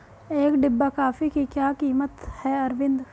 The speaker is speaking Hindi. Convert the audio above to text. एक डिब्बा कॉफी की क्या कीमत है अरविंद?